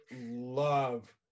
love